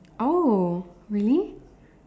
oh really